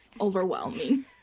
overwhelming